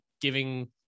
giving